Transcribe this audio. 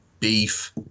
Beef